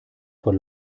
vor